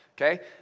okay